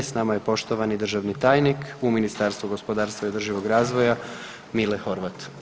S nama je poštovani državni tajnik u Ministarstvu gospodarstva i održivog razvoja Mile Horvat.